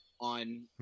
on